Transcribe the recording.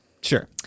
Sure